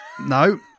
No